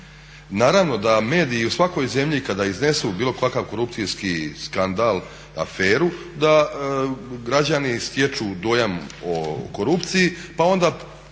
Naravno da mediji u svakoj zemlji kada iznesu bilo kakav korupcijski skandal, aferu da građani stječu dojam o korupciji, pa onda